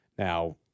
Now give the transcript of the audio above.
Now